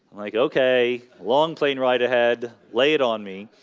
like okay, long plane ride ahead lay it on me.